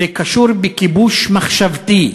זה קשור בכיבוש מחשבתי,